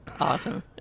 Awesome